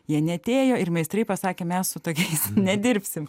jie neatėjo ir meistrai pasakė mes su tokiais nedirbsim